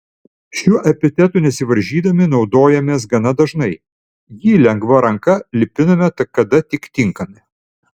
šiuo epitetu nesivaržydami naudojamės gana dažnai jį lengva ranka lipiname kada tik tinkami